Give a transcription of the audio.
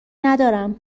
ندارم